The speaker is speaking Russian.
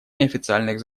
неофициальных